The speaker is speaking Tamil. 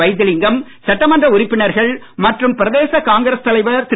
வைத்திலிங்கம் சட்டமன்ற உறுப்பினர்கள் பிரதேச காங்கிரஸ் தலைவர் திரு